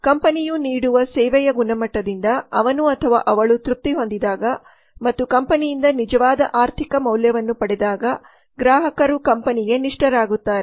ಕಂಪನಿಯು ನೀಡುವ ಸೇವೆಯ ಗುಣಮಟ್ಟದಿಂದ ಅವನು ಅಥವಾ ಅವಳು ತೃಪ್ತಿ ಹೊಂದಿದಾಗ ಮತ್ತು ಕಂಪನಿಯಿಂದ ನಿಜವಾದ ಆರ್ಥಿಕ ಮೌಲ್ಯವನ್ನು ಪಡೆದಾಗ ಗ್ರಾಹಕರು ಕಂಪನಿಗೆ ನಿಷ್ಠರಾಗುತ್ತಾರೆ